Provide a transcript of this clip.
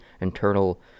internal